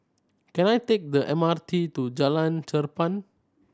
can I take the M R T to Jalan Cherpen